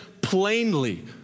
plainly